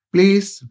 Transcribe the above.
Please